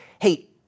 hey